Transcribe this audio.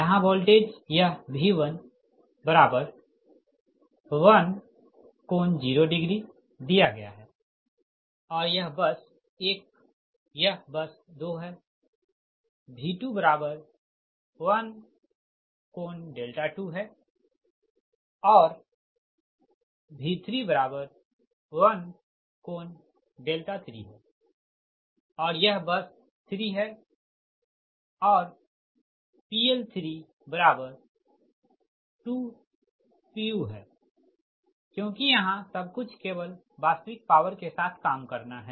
यहाँ वोल्टेज यह V11∠0 दिया गया है और यह बस 1 यह बस 2 हैं V21∠2हैं ओर और V31∠3 हैं और यह बस 3 और PL320 pu है क्योंकि यहाँ सब कुछ केवल वास्तविक पॉवर के साथ काम करना है